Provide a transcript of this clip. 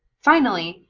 finally,